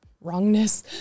wrongness